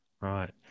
right